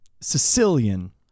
Sicilian